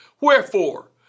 Wherefore